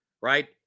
right